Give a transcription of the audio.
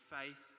faith